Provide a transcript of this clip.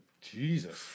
Jesus